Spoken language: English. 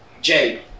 Jay